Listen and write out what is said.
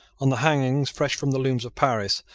on the hangings, fresh from the looms of paris,